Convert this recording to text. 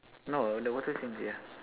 no the water's in here